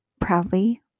proudly